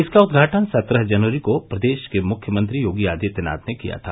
इसका उदघाटन सत्रह जनवरी को प्रदेश के मुख्यमंत्री योगी आदित्यनाथ ने किया था